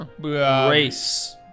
Race